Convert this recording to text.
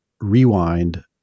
rewind